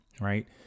right